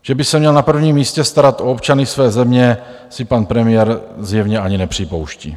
Že by se měl na prvním místě starat o občany své země, si pan premiér zjevně ani nepřipouští.